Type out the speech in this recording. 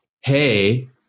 hey